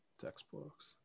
textbooks